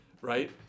right